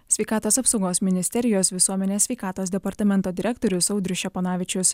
sveikatos apsaugos ministerijos visuomenės sveikatos departamento direktorius audrius ščeponavičius